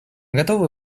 готовы